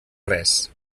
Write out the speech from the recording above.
res